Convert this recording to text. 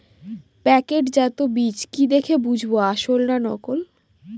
প্যাকেটজাত বীজ কি দেখে বুঝব আসল না নকল?